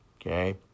okay